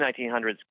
1900s